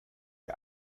die